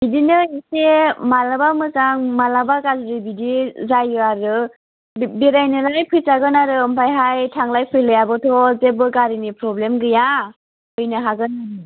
बिदिनो एसे माब्लाबा मोजां माब्लाबा गाज्रि बिदि जायो आरो बे बेरायनोबालाय फैजागोन आरो ओमफ्रायहाय थांलाय फैलायाबोथ' जेबो गारिनि प्रब्लेम गैया फैनो हागोन